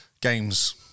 Games